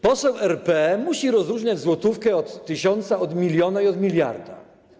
Poseł RP musi rozróżniać złotówkę od tysiąca, od miliona i od miliarda.